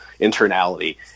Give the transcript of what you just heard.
internality